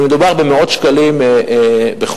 ומדובר במאות שקלים בחודש.